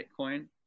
Bitcoin